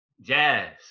Jazz